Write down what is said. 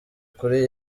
kuri